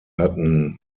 hatten